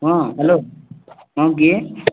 ହଁ ହ୍ୟାଲୋ ହଁ କିଏ